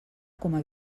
coma